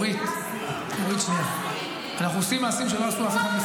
עושים ונעשה הרבה, אבל נעשה נכון.